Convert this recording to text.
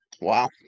Wow